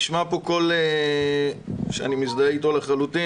נשמע פה קול שאני מזדהה איתו לחלוטין,